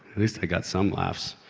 least i got some laughs.